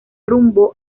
rumbo